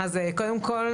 אז קודם כל,